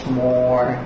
more